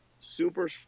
super